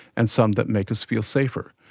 and some that make us feel safe. ah